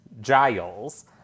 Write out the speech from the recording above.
Giles